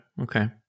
Okay